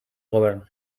govern